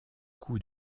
coûts